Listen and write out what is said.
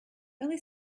really